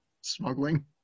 smuggling